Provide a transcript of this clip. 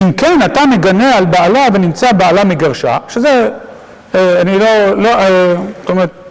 אם כן, אתה מגנה על בעלה ונמצא בעלה מגרשה, שזה, אני לא, לא, כלומר...